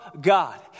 God